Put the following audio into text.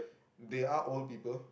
they are old people